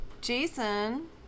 Jason